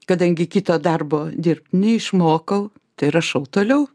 kadangi kito darbo dirbt neišmokau tai rašau toliau